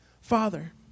Father